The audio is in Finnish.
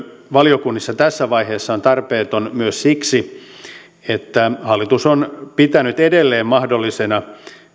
valiokunnissa tässä vaiheessa on tarpeeton myös siksi että hallitus on pitänyt edelleen mahdollisuutena